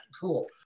Cool